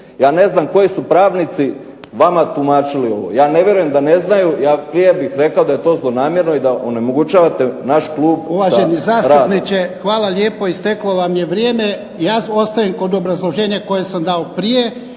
Ja ne znam koji su pravnici vama tumačili ovo. Ja ne vjerujem da ne znaju. Ja prije bih rekao da to je zlonamjerno i da onemogućavate naš klub da radi. **Jarnjak, Ivan (HDZ)** Uvaženi zastupniče, hvala lijepo. Isteklo vam je vrijeme. Ja ostajem kod obrazloženja koje sam dao prije